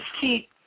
keep